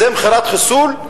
זו מכירת חיסול?